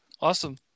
Awesome